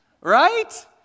right